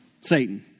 Satan